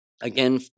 Again